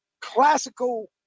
classical